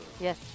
Yes